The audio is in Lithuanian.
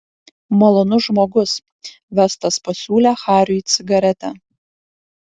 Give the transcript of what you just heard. malonus žmogus vestas pasiūlė hariui cigaretę